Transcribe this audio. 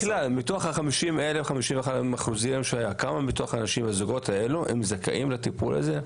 בכלל, מתוך ה-50% מהזוגות האלה זכאים לטיפול הזה?